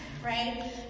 Right